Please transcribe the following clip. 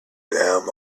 them